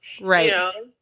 Right